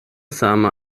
sama